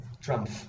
Trump